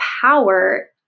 power